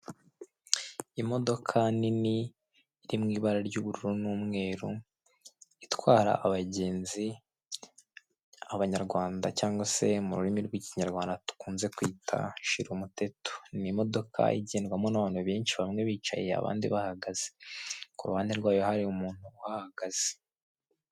Imodoka nini iri mu ibara ry'ubururu n'umweru itwara abagenzi abanyarwanda cyangwa se mu rurimi rw'Ikinyarwanda dukunze kwita shirumuteto, ni imodoka igendwamo n'abantu benshi bamwe bicaye abandi bahagaze ku ruhande rwayo hari umuntu uhahagaze.